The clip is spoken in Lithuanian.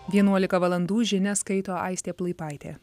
vienuolika valandų žinias skaito aistė plaipaitė